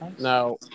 Now